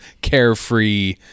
carefree